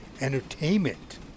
entertainment